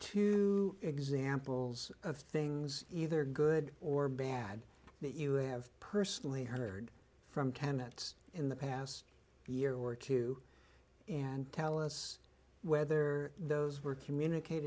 two examples of things either good or bad that you have personally heard from chemists in the past year or two and tell us whether those were communicate